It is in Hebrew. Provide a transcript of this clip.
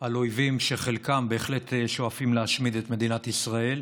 על אויבים שחלקם בהחלט שואפים להשמיד את מדינת ישראל.